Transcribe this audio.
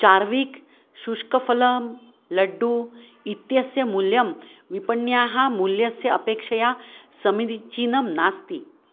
चार्विक् शुष्कफलं लड्डुकम् इत्यस्य मूल्यं विपण्याः मूल्यस्य अपेक्षया समीचीनं नास्ति